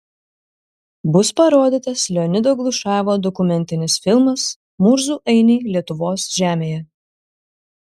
bus parodytas leonido glušajevo dokumentinis filmas murzų ainiai lietuvos žemėje